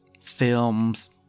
films